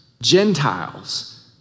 Gentiles